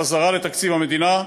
בחזרה לתקציב המדינה.